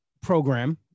program